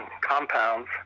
compounds